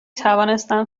توانستم